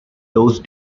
those